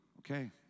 Okay